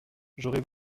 j’aurais